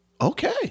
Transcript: Okay